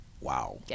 Wow